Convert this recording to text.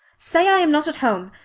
say i am not at home.